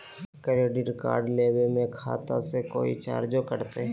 Credit card लेवे में खाता से कोई चार्जो कटतई?